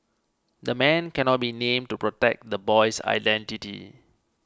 the man cannot be named to protect the boy's identity